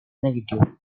negative